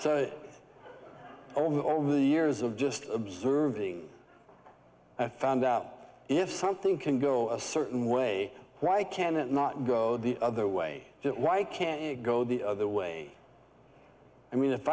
the over the years of just observing and found out if something can go a certain way right can it not go the other way why can't you go the other way i mean if